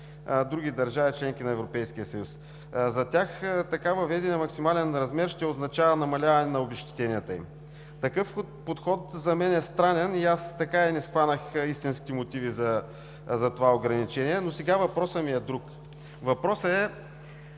изплащат обезщетенията в България.. За тях въведеният максимален размер ще означава намаляване на обезщетенията им. Такъв подход за мен е странен и аз така и не схванах истинските мотиви за това ограничение. Сега въпросът ми е друг. Въпросът е: